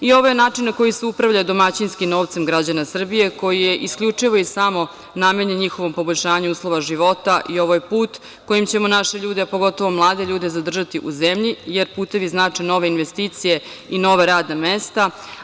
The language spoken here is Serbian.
Ovo je način na koji se upravlja domaćinski novcem građana Srbije koji je isključivo i samo namenjen njihovom poboljšanju uslova života i ovo je put kojim ćemo naše ljude pogotovo mlade ljude zadržati u zemlji, jer putevi znače nove investicije i nova radna mesta.